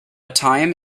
time